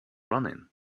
running